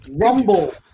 Rumble